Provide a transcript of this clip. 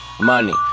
money